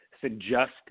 suggest